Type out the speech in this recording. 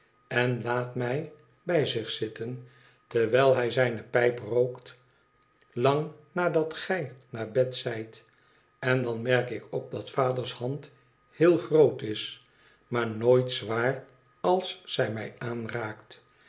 en laat mij bij zich zitten terwijl hij zijne pijp rookt lang nadat gij naar bed zijt en dan merk ik op dat vaders hand heelgroot is maar nooit zwaar als zij mij aanraakt